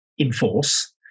enforce